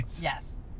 Yes